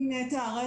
שמי נטע הראל,